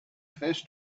fish